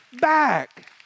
back